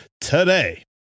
today